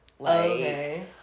Okay